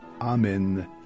Amen